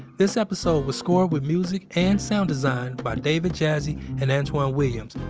this episode was scored with music and sound design by david jassy and antwan williams,